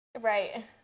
Right